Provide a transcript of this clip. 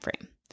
frame